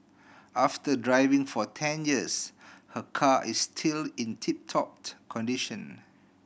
after driving for ten years her car is still in tip top condition